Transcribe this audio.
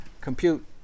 compute